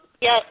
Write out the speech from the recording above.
Yes